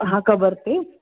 ਹਾਂ ਕਬਰ 'ਤੇ